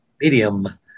medium